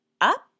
up